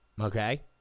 Okay